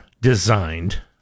designed